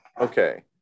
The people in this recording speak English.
Okay